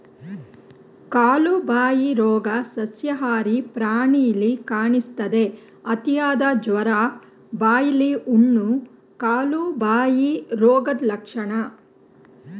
ಕಾಲುಬಾಯಿ ರೋಗ ಸಸ್ಯಾಹಾರಿ ಪ್ರಾಣಿಲಿ ಕಾಣಿಸ್ತದೆ, ಅತಿಯಾದ ಜ್ವರ, ಬಾಯಿಲಿ ಹುಣ್ಣು, ಕಾಲುಬಾಯಿ ರೋಗದ್ ಲಕ್ಷಣ